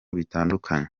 bitandukanye